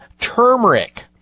turmeric